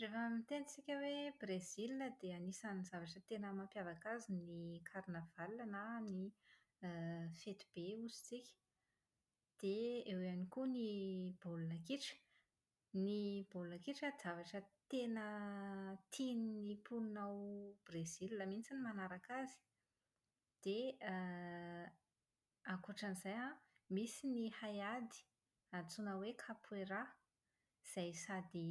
Rehefa miteny isika hoe Brezila dia anisan'ny zavatra tena mampiavaka azy ny karnavalina na ny fety be hozy tsika. Dia eo ihany koa ny baolina kitra. Ny baolina kitra dia zavatra tena tian'ny mponina ao Brezila mihitsy ny manaraka azy. Dia > ankoatran'izay an, dia misy ny haiady antsoina hoe kapoera izay sady